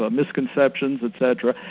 ah misconceptions etc.